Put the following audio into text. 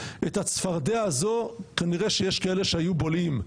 את הצפרדע הזו כנראה שיש כאלה שהיו בולעים,